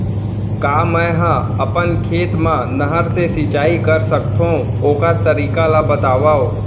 का मै ह अपन खेत मा नहर से सिंचाई कर सकथो, ओखर तरीका ला बतावव?